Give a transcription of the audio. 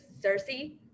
cersei